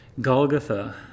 Golgotha